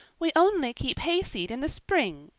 we only keep hayseed in the spring,